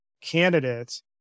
candidates